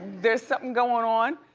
there's something going on,